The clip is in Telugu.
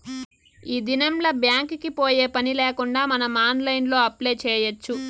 ఈ దినంల్ల బ్యాంక్ కి పోయే పనిలేకుండా మనం ఆన్లైన్లో అప్లై చేయచ్చు